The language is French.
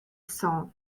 saints